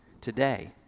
today